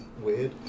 weird